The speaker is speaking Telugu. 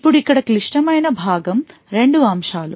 ఇప్పుడు ఇక్కడ క్లిష్టమైన భాగం రెండు అంశాలు